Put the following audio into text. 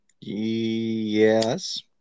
Yes